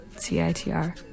c-i-t-r